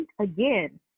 Again